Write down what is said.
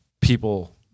people